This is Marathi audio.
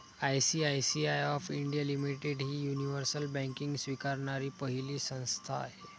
आय.सी.आय.सी.आय ऑफ इंडिया लिमिटेड ही युनिव्हर्सल बँकिंग स्वीकारणारी पहिली संस्था आहे